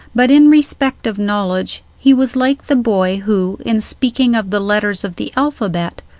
but in respect of knowledge he was like the boy who, in speaking of the letters of the alphabet,